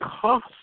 cost